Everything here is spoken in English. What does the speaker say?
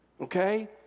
okay